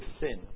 sin